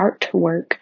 artwork